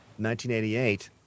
1988